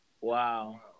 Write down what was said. Wow